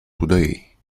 today